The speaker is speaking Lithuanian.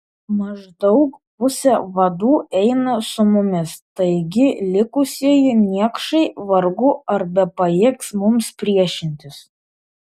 maždaug pusė vadų eina su mumis taigi likusieji niekšai vargu ar bepajėgs mums priešintis